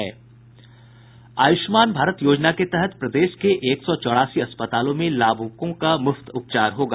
आयुष्मान भारत योजना के तहत प्रदेश के एक सौ चौरासी अस्पतालों में लाभुकों का मुफ्त उपचार होगा